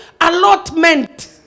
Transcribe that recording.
allotment